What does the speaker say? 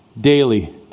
daily